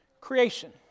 Creation